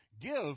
Give